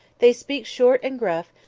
they speak short and gruff,